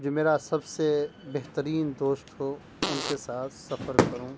جو میرا سب سے بہترین دوست ہو ان کے ساتھ سفر کروں